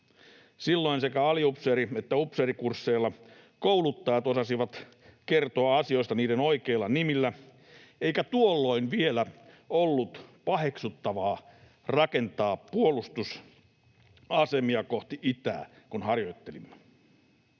Silloin sekä aliupseeri- että upseerikursseilla kouluttajat osasivat kertoa asioista niiden oikeilla nimillä, eikä tuolloin vielä ollut paheksuttavaa rakentaa puolustusasemia kohti itää, kun harjoittelimme.